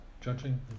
judging